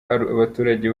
abaturage